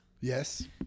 Yes